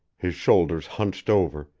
his shoulders punched over,